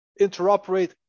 interoperate